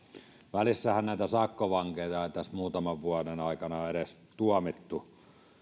välissähän näitä sakkovankeja ei tässä muutaman vuoden aikana edes tuomittu